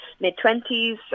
mid-twenties